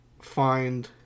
find